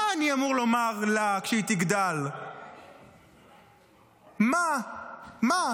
מה אני אמור לומר לה כשהיא תגדל, מה, מה?